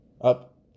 up